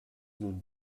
nun